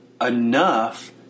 enough